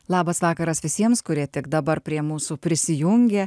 labas vakaras visiems kurie tik dabar prie mūsų prisijungė